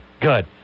Good